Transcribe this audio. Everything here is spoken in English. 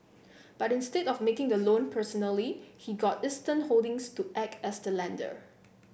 but instead of of making the loan personally he got Eastern Holdings to act as the lender